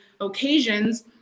occasions